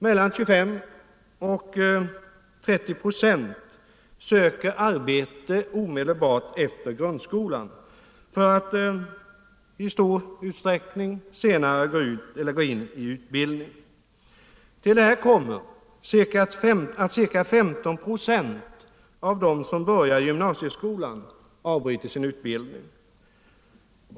Mellan 25 och 30 procent söker arbete omedelbart efter grundskolan, för att senare i stor utsträckning åter gå in i utbildning. Till detta kommer att ca 15 procent av dem som börjat i gymnasieskolan avbryter sin utbildning där.